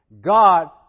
God